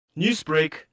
Newsbreak